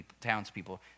townspeople